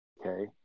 okay